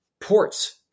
ports